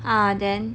ah then